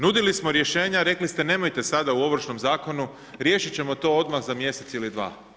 Nudili smo rješenja, rekli ste nemojte sada o Ovršnom zakonu, riješit ćemo to odmah za mjesec ili dva.